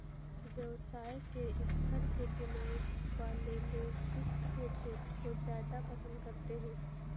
व्यवसाय के स्तर के दिमाग वाले लोग वित्त के क्षेत्र को ज्यादा पसन्द करते हैं